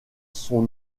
son